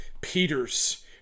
Peter's